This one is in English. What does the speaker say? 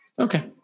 Okay